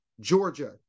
Georgia